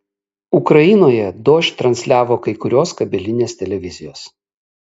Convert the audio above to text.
ukrainoje dožd transliavo kai kurios kabelinės televizijos